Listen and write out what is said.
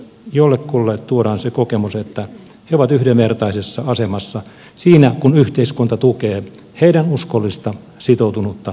joillekuille tuodaan se kokemus että he ovat yhdenvertaisessa asemassa siinä kun yhteiskunta tukee heidän uskollista sitoutunutta parisuhdettaan